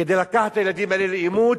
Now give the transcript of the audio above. כדי לקחת את הילדים האלה לאימוץ,